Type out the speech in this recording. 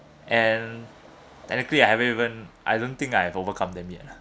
and technically I haven't even I don't think I have overcome them yet ah